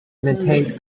maintains